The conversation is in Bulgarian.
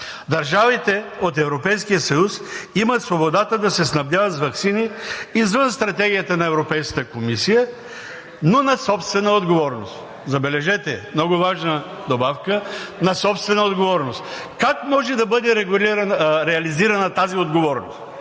„Държавите от Европейския съюз имат свободата да се снабдяват с ваксини извън стратегията на Европейската комисия, но на собствена отговорност – забележете, много важна добавка – на собствена отговорност.“ Как може да бъде реализирана тази отговорност?